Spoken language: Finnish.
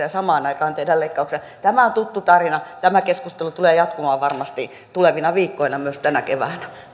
ja samaan aikaan tehdä leikkauksia tämä on tuttu tarina tämä keskustelu tulee jatkumaan varmasti tulevina viikkoina myös tänä keväänä